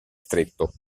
stretto